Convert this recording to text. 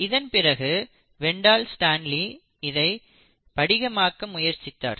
இதன்பிறகு Wendell Stanley இதை படிகமாக்க முயற்சி செய்தார்